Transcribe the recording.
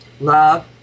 love